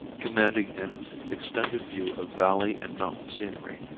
commanding an extended view of valley and mountain scenery.